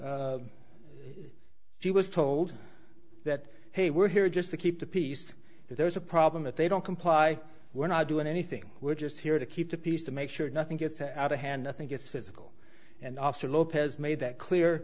and she was told that hey we're here just to keep the peace if there's a problem if they don't comply we're not doing anything we're just here to keep the peace to make sure nothing gets out of hand i think it's physical and also lopez made that clear